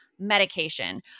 medication